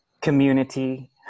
community